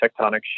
tectonic